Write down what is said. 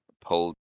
pull